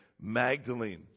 Magdalene